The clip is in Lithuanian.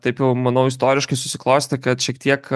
taip jau manau istoriškai susiklostė kad šiek tiek